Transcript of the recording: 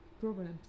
problems